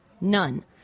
None